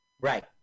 Right